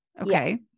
Okay